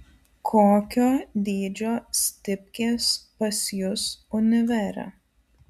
kokio dydžio stipkės pas jus univere